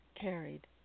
carried